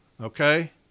okay